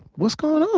what's going on?